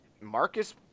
Marcus